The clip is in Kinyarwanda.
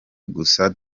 gusa